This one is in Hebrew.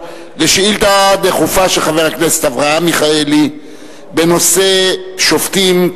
על שאילתא דחופה של חבר הכנסת אברהם מיכאלי בנושא: שופטים,